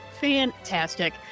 fantastic